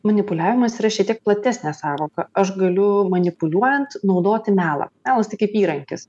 manipuliavimas yra šitiek platesnė sąvoka aš galiu manipuliuojant naudoti melą melas tai kaip įrankis